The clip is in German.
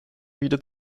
wieder